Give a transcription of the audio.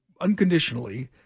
unconditionally